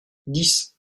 dix